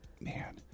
Man